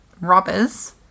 robbers